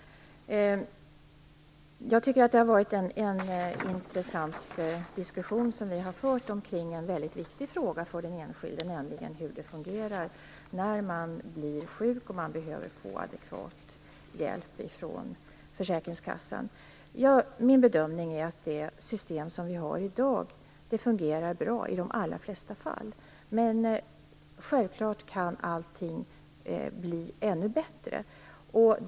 Fru talman! Jag tycker att det har varit en intressant diskussion som vi har fört om en mycket viktig fråga för den enskilde, nämligen hur det fungerar när man blir sjuk och behöver få adekvat hjälp från försäkringskassan. Min bedömning är att det system som vi har i dag fungerar bra i de allra flesta fall. Men självklart kan allting bli ännu bättre.